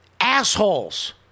assholes